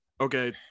okay